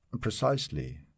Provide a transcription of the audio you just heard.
precisely